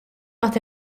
għad